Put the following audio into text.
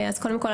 קודם כל,